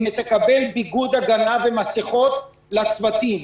אם היא תקבל ביגוד הגנה ומסכות לצוותים.